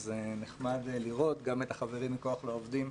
אז נחמד לראות גם את החברים מכוח לעובדים,